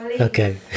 Okay